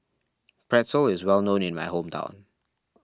Pretzel is well known in my hometown